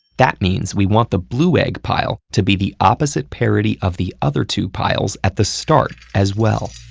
that means we want the blue egg pile to be the opposite parity of the other two piles at the start as well.